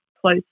close